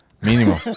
Mínimo